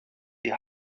die